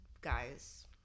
guys